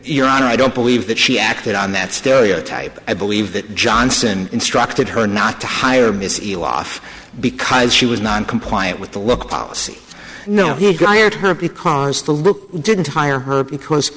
your honor i don't believe that she acted on that stereotype i believe that johnson instructed her not to hire missy off because she was non compliant with the look policy no here guy at her because